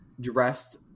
dressed